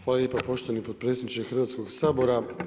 Hvala lijepo poštovana potpredsjedniče Hrvatskog sabora.